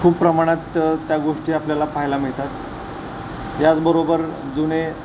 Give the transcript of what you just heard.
खूप प्रमाणात त्या गोष्टी आपल्याला पाहायला मिळतात याचबरोबर जुने